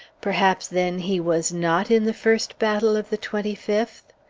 perhaps, then, he was not in the first battle of the twenty fifth?